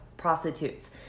prostitutes